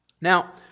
Now